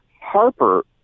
Harper